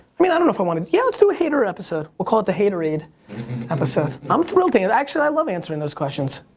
i mean i don't know if i wanna, yeah, let's do a hater episode. we'll call it the hater-ade episode. i'm thrilled to answer, and actually, i love answering those questions.